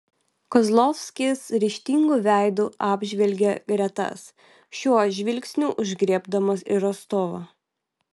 kozlovskis ryžtingu veidu apžvelgė gretas šiuo žvilgsniu užgriebdamas ir rostovą